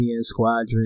squadron